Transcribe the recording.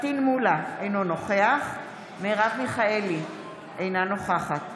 פטין מולא, אינו נוכח מרב מיכאלי, אינה נוכחת